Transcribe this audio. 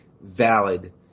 valid